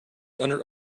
under